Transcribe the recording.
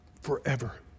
Forever